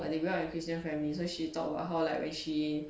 but they grow up in christian family so she talk about how like when she